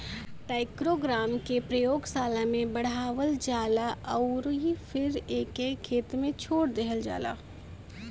trichogramma के प्रयोगशाला में बढ़ावल जाला अउरी फिर एके खेत में छोड़ देहल जाला